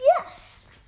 yes